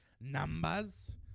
numbers